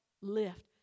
lift